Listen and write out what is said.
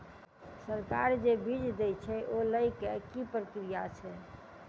सरकार जे बीज देय छै ओ लय केँ की प्रक्रिया छै?